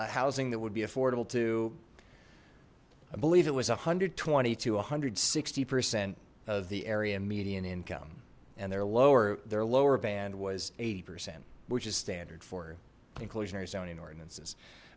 housing that would be affordable to i believe it was a hundred twenty to a hundred sixty percent of the area median income and their lower their lower band was eighty percent which is standard for inclusionary zoning ordinances